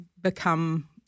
become